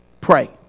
pray